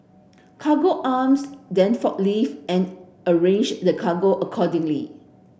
cargo Arms then forklift and arrange the cargo accordingly